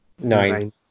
Nine